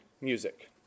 music